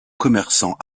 commerçant